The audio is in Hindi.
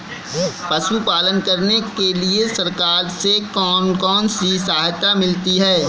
पशु पालन करने के लिए सरकार से कौन कौन सी सहायता मिलती है